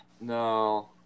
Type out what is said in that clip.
No